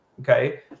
okay